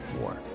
war